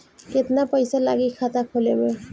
केतना पइसा लागी खाता खोले में?